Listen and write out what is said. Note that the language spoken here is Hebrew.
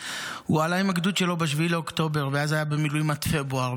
הוא עלה עם הגדוד שלו ב-7 באוקטובר ואז היה במילואים עד פברואר.